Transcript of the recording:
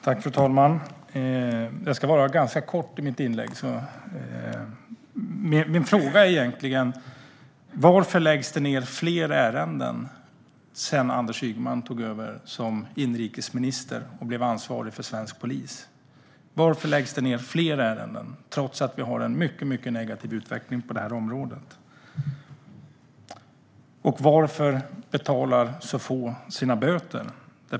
Fru ålderspresident! Mitt inlägg blir ganska kort, och min fråga är egentligen: Varför läggs det ned fler ärenden sedan Anders Ygeman tog över som inrikesminister och blev ansvarig för svensk polis? Varför läggs det ned fler ärenden trots att vi har en mycket, mycket negativ utveckling på det här området? Varför betalar så få sina böter?